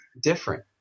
different